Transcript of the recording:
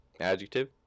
Adjective